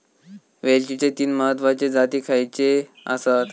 वेलचीचे तीन महत्वाचे जाती खयचे आसत?